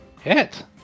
Hit